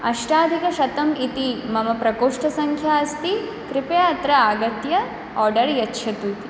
अष्टाधिकशतम् इति मम प्रकोष्ठसंख्या अस्ति कृपया अत्र आगत्य आर्डर् यच्छतु